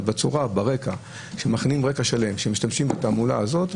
אבל כשמשתמשים בתעמולה הזאת,